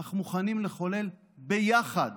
אך מוכנים לחולל ביחד